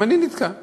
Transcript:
גם אני נתקע.